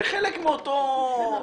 זה חלק מאותו עניין.